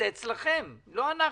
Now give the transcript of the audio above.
זה אצלכם, לא אנחנו.